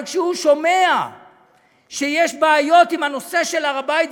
אבל כשהוא שומע שיש בעיות בנושא של הר-הבית,